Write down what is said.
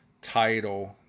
title